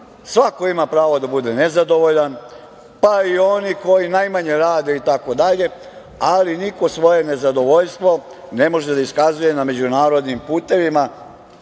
svako ima pravo da bude nezadovoljan, pa i oni koji najmanje rade itd, ali niko svoje nezadovoljstvo ne može da iskazuje na međunarodnim putevima